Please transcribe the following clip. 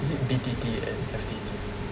is it B_T_T and F_T_T